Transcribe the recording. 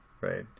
right